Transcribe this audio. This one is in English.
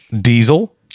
Diesel